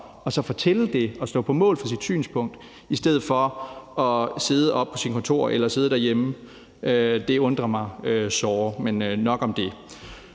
op og fortælle det og stå på mål for sit synspunkt i stedet for at sidde oppe på sit kontor eller sidde derhjemme. Det undrer mig såre, men nok om det.